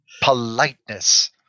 politeness